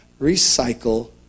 recycle